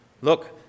Look